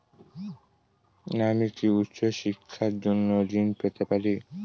আমি কি উচ্চ শিক্ষার জন্য ঋণ পেতে পারি?